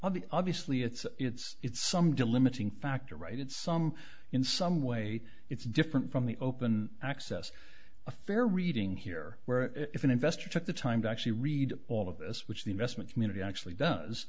on the obviously it's it's it's some delimiting factor righted some in some way it's different from the open access a fair reading here where if an investor took the time to actually read all of this which the investment community actually does